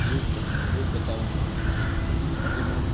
યોગ યોગ બતાવવામાં આવે છે જેમાં